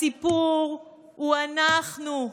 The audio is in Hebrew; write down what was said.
הסיפור הוא אנחנו,